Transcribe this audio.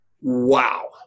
Wow